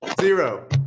Zero